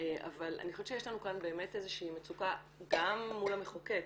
אבל אני חושבת שיש לנו כאן באמת איזו שהיא מצוקה גם מול המחוקק,